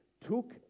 took